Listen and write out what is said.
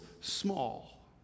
small